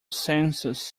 census